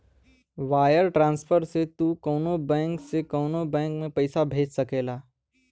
wire transfer से तू कउनो बैंक से कउनो बैंक में पइसा भेज सकेला